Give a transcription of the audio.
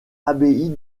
abbaye